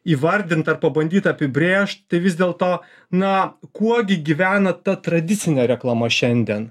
įvardint ar pabandyt apibrėžt tai vis dėlto na kuo gi gyvena ta tradicinė reklama šiandien